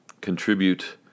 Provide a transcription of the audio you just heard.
contribute